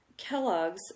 Kellogg's